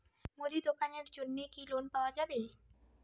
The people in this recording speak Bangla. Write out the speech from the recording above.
মুদি দোকানের জন্যে কি লোন পাওয়া যাবে?